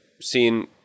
seen